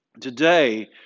Today